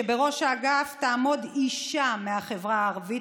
שבראש האגף תעמוד אישה מהחברה הערבית,